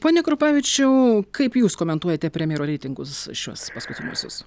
pone krupavičiau kaip jūs komentuojate premjero reitingus šiuos paskutiniuosius